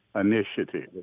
initiative